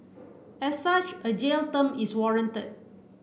as such a jail term is warranted